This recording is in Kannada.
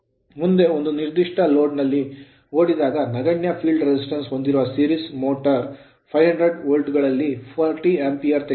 ಮುಂದೆ ಒಂದು ನಿರ್ದಿಷ್ಟ ಲೋಡ್ ನಲ್ಲಿ ಓಡಿದಾಗ ನಗಣ್ಯ field resistance ಫೀಲ್ಡ್ ರೆಸಿಸ್ಟೆನ್ಸ್ ಹೊಂದಿರುವ series motor ಸರಣಿ ಮೋಟರ್ 500 ವೋಲ್ಟ್ ಗಳಲ್ಲಿ 40 Ampere ಆಂಪಿರೆಯನ್ನು ತೆಗೆದುಕೊಳ್ಳುತ್ತದೆ